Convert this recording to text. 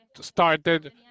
started